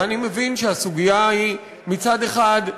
ואני מבין שהסוגיה היא מצד אחד,